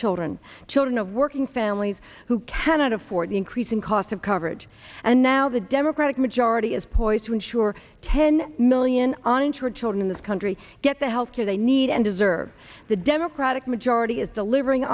children children of working families who cannot afford the increasing cost of coverage and now the democratic majority is poised to ensure ten million uninsured children in this country get the health care they need and deserve the democratic majority is delivering